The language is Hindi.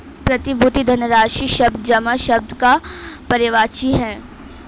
प्रतिभूति धनराशि शब्द जमा शब्द का पर्यायवाची है